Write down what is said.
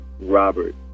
Robert